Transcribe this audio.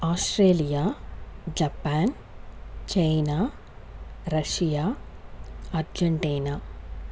Australia Japan China Russia Argentina